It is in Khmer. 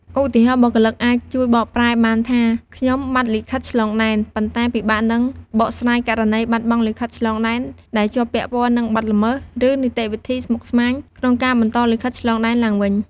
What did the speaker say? ឧទាហរណ៍ បុគ្គលិកអាចជួយបកប្រែបានថា "ខ្ញុំបាត់លិខិតឆ្លងដែន" ប៉ុន្តែពិបាកនឹងបកស្រាយករណីបាត់បង់លិខិតឆ្លងដែនដែលជាប់ពាក់ព័ន្ធនឹងបទល្មើស ឬនីតិវិធីស្មុគស្មាញក្នុងការបន្តលិខិតឆ្លងដែនឡើងវិញ។